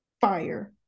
fire